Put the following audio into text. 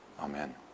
Amen